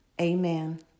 Amen